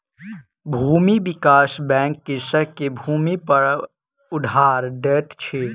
भूमि विकास बैंक कृषक के भूमिपर उधार दैत अछि